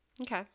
Okay